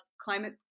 climate